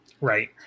Right